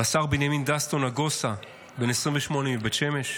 רס"ר בנימין דסטאו נגוסה, בן 28, מבית שמש,